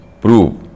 prove